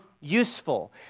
useful